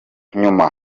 nyuma